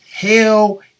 Hell